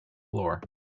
floor